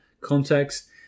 context